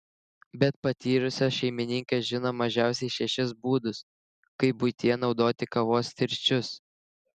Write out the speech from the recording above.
bet patyrusios šeimininkės žino mažiausiai šešis būdus kaip buityje naudoti kavos tirščius